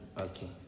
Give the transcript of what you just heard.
okay